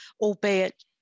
albeit